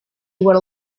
were